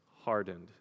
hardened